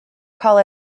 call